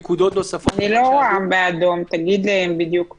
אני לא רואה באדום, תגיד בדיוק מה.